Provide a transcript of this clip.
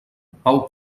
pau